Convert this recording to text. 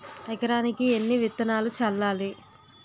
ఎకరానికి ఎన్ని విత్తనాలు చల్లాలి?